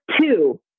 two